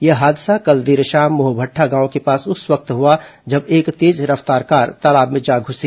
यह हादसा कल देर शाम मोहभट्टा गांव के पास उस वक्त हुआ जब एक तेज रफ्तार कार तालाब में जा घुसी